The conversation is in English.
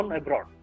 abroad